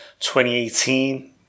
2018